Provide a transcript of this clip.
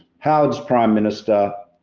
howard's prime minister,